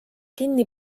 kinni